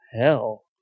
hell